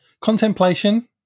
contemplation